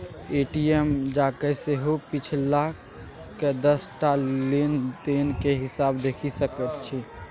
ATM जाकए सेहो पिछलका दस टा लेन देनक हिसाब देखि सकैत छी